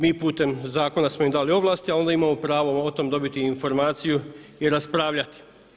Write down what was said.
Mi putem zakona smo im dali ovlasti, a onda imamo pravo o tome dobiti informaciju i raspravljati.